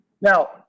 Now